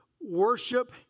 Worship